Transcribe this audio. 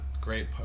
great